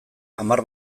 hamar